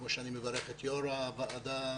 כפי שאני מברך את יושב-ראש הוועדה,